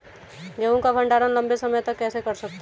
गेहूँ का भण्डारण लंबे समय तक कैसे कर सकते हैं?